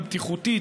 הבטיחותית,